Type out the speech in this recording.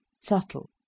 subtle